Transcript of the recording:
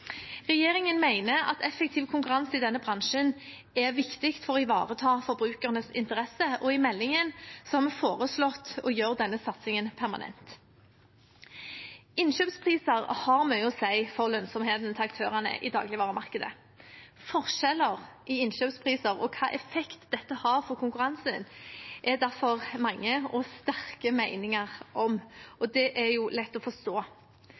Regjeringen mener at effektiv konkurranse i denne bransjen er viktig for å ivareta forbrukernes interesser, og i meldingen har vi foreslått å gjøre denne satsingen permanent. Innkjøpspriser har mye å si for lønnsomheten til aktørene i dagligvaremarkedet. Forskjeller i innkjøpspriser og hvilken effekt dette har for konkurransen, er det derfor mange og sterke meninger om, og det er jo lett å forstå.